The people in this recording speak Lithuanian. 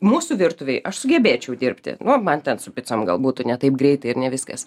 mūsų virtuvėj aš sugebėčiau dirbti nu man ten su picom gal būtų ne taip greitai ir ne viskas